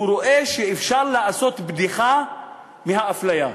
הוא רואה שאפשר לעשות בדיחה מהאפליה,